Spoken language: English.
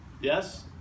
yes